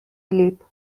leap